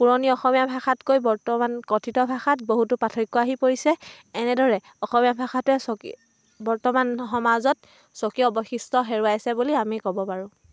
পুৰণি অসমীয়া ভাষাতকৈ বৰ্তমান কথিত ভাষাত বহুতো পাৰ্থক্য আহি পৰিছে এনেদৰে অসমীয়া ভাষাটোৱে স্ৱকী বৰ্তমান সমাজত স্বকীয় বৈশিষ্ট্য হেৰুৱাইছে বুলি আমি কব পাৰোঁ